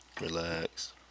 Relax